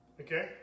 Okay